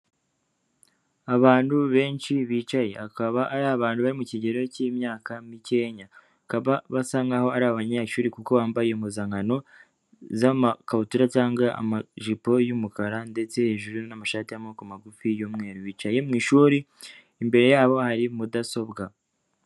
Abantu benshi bicaye akaba ari abantu bari mu kigero cy'imyaka mikenya, bakaba basa nkaho ari abanyeshuri kuko bambaye impuzankano z'amakabutura cyangwa amajipo yumukara ndetse hejuru n'amashati y'amaboko magufi y'umweru, bicaye mu ishuri imbere yabo hari mudasobwa.